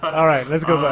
all right, let's go.